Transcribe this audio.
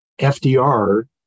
FDR